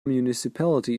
municipality